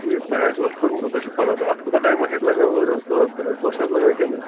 یہِ تۄہہِ آسوٕ اَتھ کوٚرمُت تُہۍ چھُو پتاہ اَتھ کوٗتاہ ٹایِم آسہِ اَسہِ لگان اورٕ یور سٲر کَرنس دۄہ چھا حظ لگان کِنہٕ